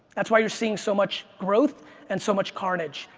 that's why you're seeing so much growth and so much carnage.